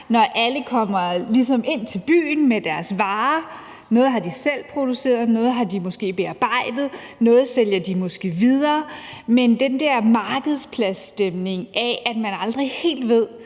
når alle ligesom kommer ind til byen med deres varer. Noget har de selv produceret, noget har de måske bearbejdet, og noget sælger de måske videre, og der er den der markedspladsstemning af, at man aldrig helt ved,